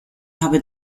habe